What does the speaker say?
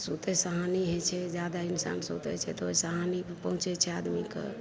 सुतय से हानि होइ छै जादा इंसान सुतय छै तऽ ओहि से हानि भी पहुँचै छै आदमीके